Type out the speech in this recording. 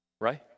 right